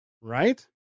right